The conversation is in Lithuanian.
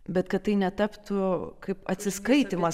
bet kad tai netaptų kaip atsiskaitymas